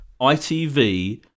ITV